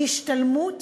השתלמות